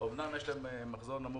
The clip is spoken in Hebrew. אמנם יש להן מחזור נמוך,